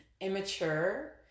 immature